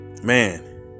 man